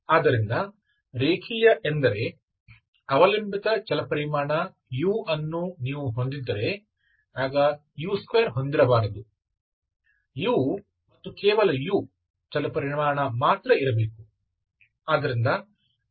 ಆದ್ದರಿಂದ ರೇಖೀಯ ಎಂದರೆ ಅವಲಂಬಿತ ಚಲಪರಿಮಾಣ u ಅನ್ನು ನೀವು ಹೊಂದಿದ್ದರೆ ಆಗ u2 ಹೊಂದಿರಬಾರದು u ಮತ್ತು ಕೇವಲ u ಚಲಪರಿಮಾಣ ಮಾತ್ರ ಇರಬೇಕು